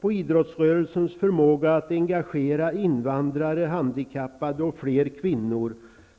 på idrottsrörelsens förmåga att engagera invandrare, handikappade och fler kvinnor.